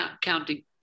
counting